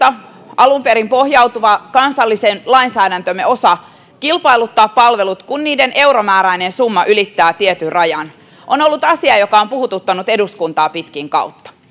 alun perin pohjautuvan kansallisen lainsäädäntömme osa kilpailuttaa palvelut kun niiden euromääräinen summa ylittää tietyn rajan on ollut asia joka on puhututtanut eduskuntaa pitkin kautta